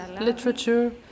literature